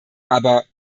aber